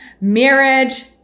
marriage